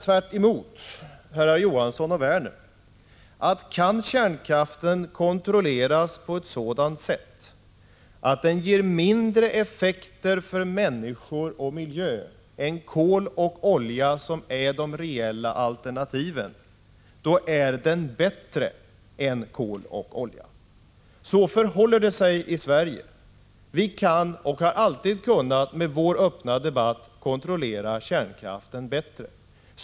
Tvärtemot, herrar Johansson och Werner, anser jag att kan kärnkraften kontrolleras på ett sådant sätt att den ger mindre skador för människor och miljö än kol och olja, som är de reella alternativen, då är kärnkraften bättre än kol och olja. Så förhåller det sig i Sverige. Vi kan och har alltid kunnat med vår öppna debatt kontrollera kärnkraften bättre.